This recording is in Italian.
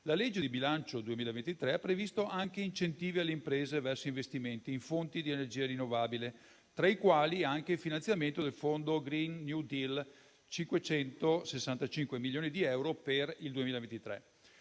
la legge di bilancio 2023 ha previsto anche incentivi alle imprese verso investimenti in fonti di energia rinnovabile, tra i quali anche il finanziamento del fondo *green new deal* con 565 milioni di euro per il 2023,